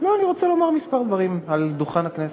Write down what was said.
אני רוצה לומר כמה דברים מעל דוכן הכנסת.